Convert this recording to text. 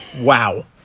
Wow